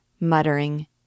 muttering